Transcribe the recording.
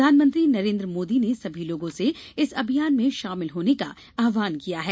प्रधानमंत्री नरेन्द्र मोदी ने सभी लोगों से इस अभियान में शामिल होने का आहवान किया है